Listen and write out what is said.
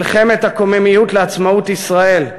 מלחמת הקוממיות לעצמאות ישראל.